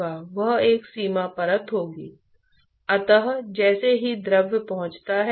तो अब हम एक मात्रा को परिभाषित कर सकते हैं जिसे hbar कहा जाता है